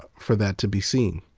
for that to be seen.